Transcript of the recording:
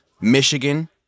Michigan